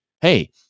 hey